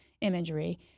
imagery